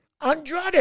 Andrade